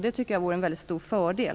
Det tycker jag vore en väldigt stor fördel.